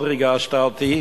מאוד ריגשת אותי